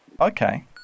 Okay